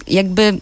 jakby